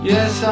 Yes